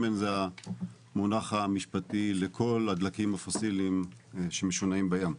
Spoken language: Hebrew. שמן זה המונח המשפטי לכל הדלקים הפוסילים שמשונעים בים.